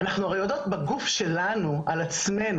אנחנו הרי יודעות בגוף שלנו, על עצמנו.